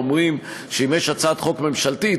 אומרים שאם יש הצעת חוק ממשלתית,